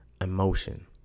emotion